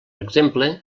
exemple